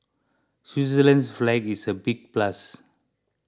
Switzerland's flag is a big plus